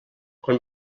quan